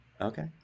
Okay